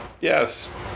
Yes